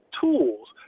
tools